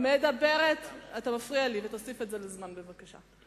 אתה מפריע לי, ותוסיף את זה לזמן בבקשה.